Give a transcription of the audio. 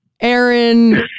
Aaron